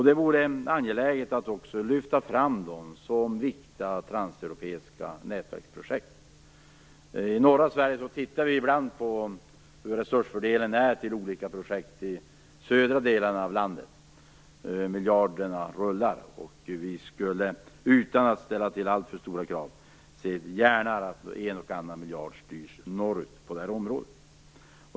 Det är angeläget att också lyfta fram dem som viktiga transeuropeiska nätverksprojekt. I norra Sverige tittar vi ibland på resursfördelningen till olika projekt i södra delarna av landet, där miljarderna rullar. Vi skulle, utan att ställa alltför stora krav, gärna se att en och annan miljard styrs norrut på det här området.